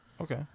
Okay